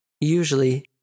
usually